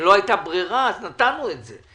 כשלא הייתה ברירה, נתנו את זה.